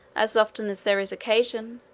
as often as there is occasion,